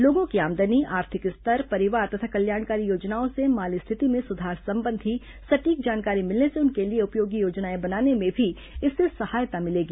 लोगों की आमदनी आर्थिक स्तर परिवार तथा कल्याणकारी योजनाओं से माली स्थिति में सुधार संबंधी सटीक जानकारी मिलने से उनके लिए उपयोगी योजनाएं बनाने में भी इससे सहायता मिलेगी